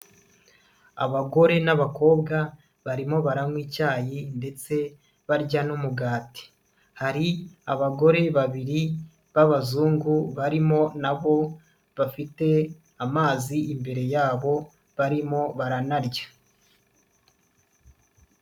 Abagore n'abakobwa, barimo baranywa icyayi ndetse barya n'umugati, hari abagore babiri b'abazungu, barimo nabo bafite amazi imbere yabo, barimo baranarya.